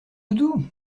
doudou